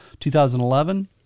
2011